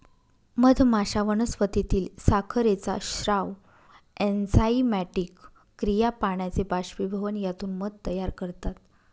मधमाश्या वनस्पतीतील साखरेचा स्राव, एन्झाइमॅटिक क्रिया, पाण्याचे बाष्पीभवन यातून मध तयार करतात